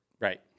Right